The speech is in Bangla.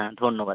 হ্যাঁ ধন্যবাদ